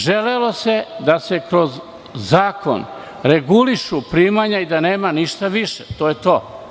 Želelo se da se kroz zakon regulišu primanja i da nema ništa više, to je to.